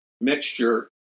Mixture